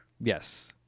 Yes